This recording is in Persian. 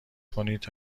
کنید